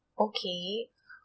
okay